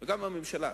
וגם הממשלה,